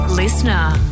Listener